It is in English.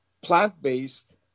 plant-based